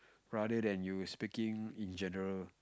rather than you speaking in general